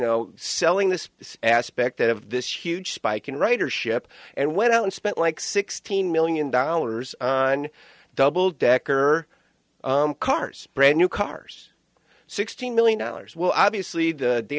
know selling this aspect of this huge spike in writer ship and went out and spent like sixteen million dollars on double decker cars brand new cars sixteen million dollars well obviously the